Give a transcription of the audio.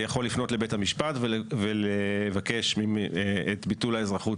יכול לפנות לבית המשפט ולבקש את ביטול האזרחות